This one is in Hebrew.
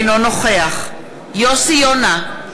אינו נוכח יוסי יונה,